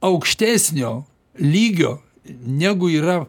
aukštesnio lygio negu yra